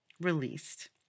released